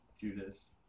judas